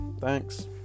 Thanks